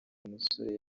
musore